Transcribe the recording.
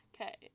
Okay